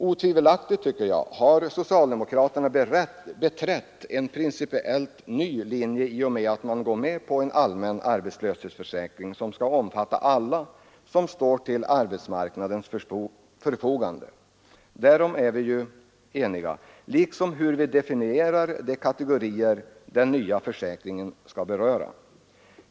Otvivelaktigt har socialdemokraterna beträtt en principiellt ny linje i och med att de går med på en allmän arbetslöshetsförsäkring, som skall omfatta alla som står till arbetsmarknadens förfogande. Därom är vi eniga liksom beträffande hur vi definierar de kategorier den nya försäkringen skall beröra.